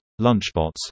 Lunchbots